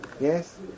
Yes